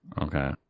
Okay